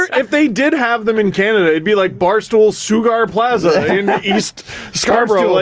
if they did have them in canada, it'd be like barstool sughar plaza in east scarborough. and,